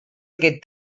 aquest